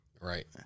Right